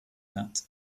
that